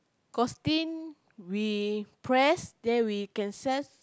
cause tin we press then we can sell